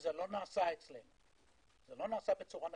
וזה לא נעשה בצורה נכונה.